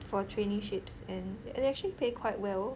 for traineeships and it actually pay quite well